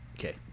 Okay